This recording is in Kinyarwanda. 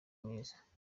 mwiza